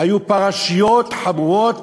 היו פרשיות חמורות,